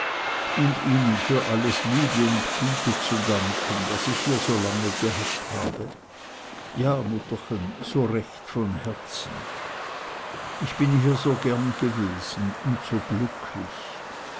und ihnen für alles liebe und gute zu danken das ich hier so lange gehabt habe ja mutterchen so recht von herzen ich bin hier so gern gewesen und so glücklich